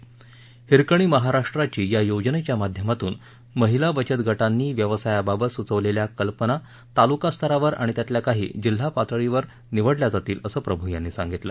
हिरकणी महाराष्ट्राची योजनेच्या माध्यमातून महिला बचत गटांनी व्यवसायाबाबत सुचवलेल्या कल्पना तालुकास्तरावर आणि त्यातील काही जिल्हापातळीसाठी निवडल्या जातील असं प्रभू यांनी सांगितलं